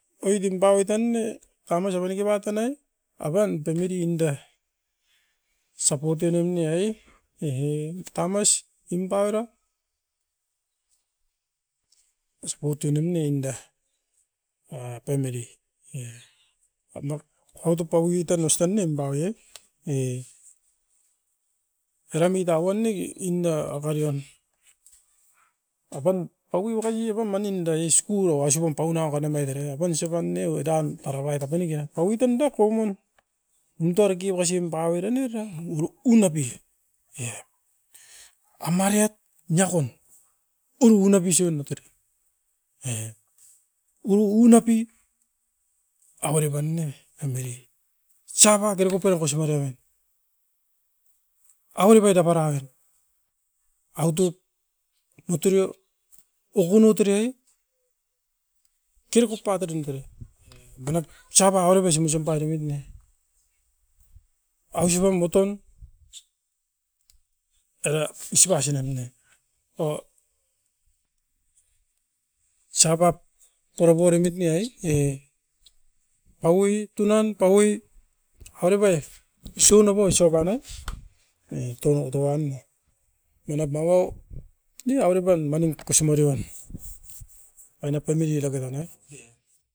Oit timpaito ne tamasa diki patanai apan pemiri inda. Sapotenin e ai, e tamas nimpaira sapotinuim ne ninda a pemili. Autop paui utan ostan ne nimbaoie e eram muiita wan ne inda akarion. Apan paui makari e pan manindai isku io ausipam pauna akotora omait era apan isop pan ne oiran tara baitapinida. Paui tondio koimun numtoriki wakasim paoiranai era uru unapi. Amariat niakon urun na bisiona tera e uunapi avere pan ne amere osiaba kerekopai okosimaire wamin. Aukipai taparaun autut muturio okunotoroi kerekopaterin tere. Manap osaba oribasum usum pairemit ne, aisupam moton era isupa sinem ne. O sabat toroporemit ne ai e paui tunan, paui oripaiet isuanapoi isop pan nai e otou wan ne. Manap mauau, ni avere pan manin kokosi mariwan, aina puni era keranai e.